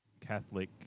Catholic